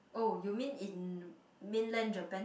oh you mean in mainland Japan